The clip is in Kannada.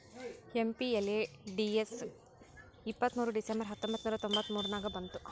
ಎಮ್.ಪಿ.ಎಲ್.ಎ.ಡಿ.ಎಸ್ ಇಪ್ಪತ್ತ್ಮೂರ್ ಡಿಸೆಂಬರ್ ಹತ್ತೊಂಬತ್ ನೂರಾ ತೊಂಬತ್ತ ಮೂರ ನಾಗ ಬಂತು